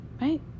right